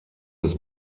des